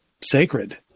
sacred